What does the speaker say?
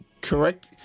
correct